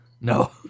No